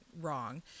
wrong